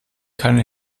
keine